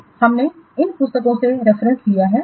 हमने इन पुस्तकों से प्रतिनिधित्व लिया है